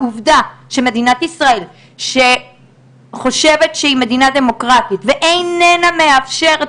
העובדה שמדינת ישראל חושבת שהיא מדינה דמוקרטית בעוד היא איננה מאפשרת